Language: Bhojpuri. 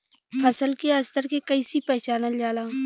फसल के स्तर के कइसी पहचानल जाला